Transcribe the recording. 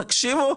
תקשיבו,